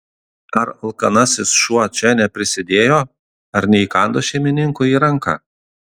ar alkanasis šuo čia neprisidėjo ar neįkando šeimininkui į ranką